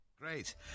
Great